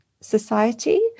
society